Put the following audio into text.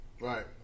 right